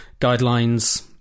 guidelines